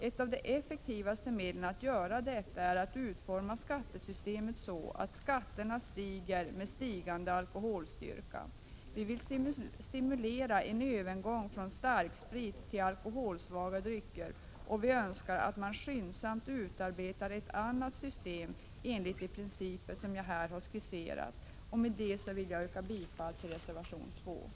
Ett av de effektivaste medlen att göra detta är att utforma skattesystemet så att skatterna stiger med stigande alkoholstyrka. Vi vill stimulera en övergång från starksprit till alkoholsvaga drycker, och vi önskar att man skyndsamt utarbetar ett annat system enligt de principer jag här har skisserat. Med det vill jag yrka bifall till reservation 2.